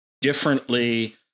differently